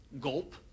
gulp